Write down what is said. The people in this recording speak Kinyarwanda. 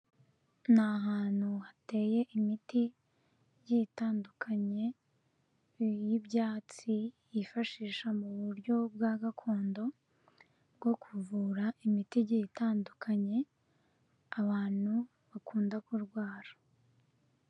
Ni ahantu hateye imiti igiye itandukanye n'iy'ibyatsi yifashisha mu buryo bwa gakondo bwo kuvura imiti igiye itandukanye abantu bakunda kurwara.